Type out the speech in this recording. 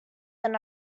than